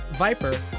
viper